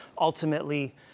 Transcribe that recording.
ultimately